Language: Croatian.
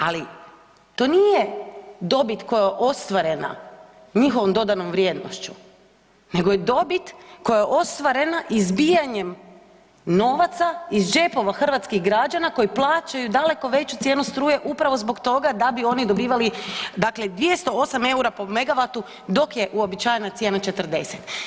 Ali, to nije dobit koja je ostvarena njihovom dodanom vrijednošću, nego je dobit koja je ostvarena izbijanjem novaca iz džepova hrvatskih građana koji plaćaju daleko veću cijenu struje upravo zbog toga da bi oni dobivali dakle, 208 eura po megavatu dok je uobičajena cijena 40.